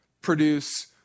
produce